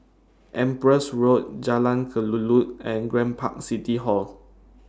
Empress Road Jalan Kelulut and Grand Park City Hall